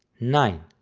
nine.